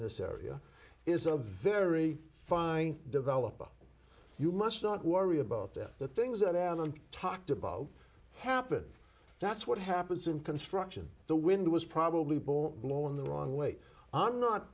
this area is a very fine developer you must not worry about that the things that alan talked about happened that's what happens in construction the wind was probably born blow in the wrong way i'm not